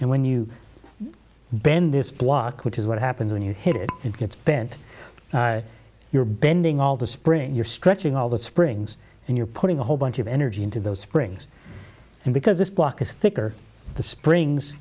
and when you bend this block which is what happens when you hit it it gets bent you're bending all the spring you're stretching all the springs and you're putting a whole bunch of energy into those springs and because this block is thicker the spring